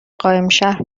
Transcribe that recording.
قائمشهر